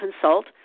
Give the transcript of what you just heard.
consult